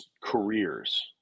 careers